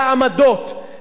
המיושנות,